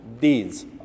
deeds